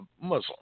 Muslim